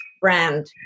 brand